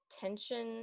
tension